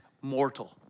mortal